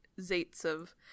Zaitsev